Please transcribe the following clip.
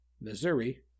Missouri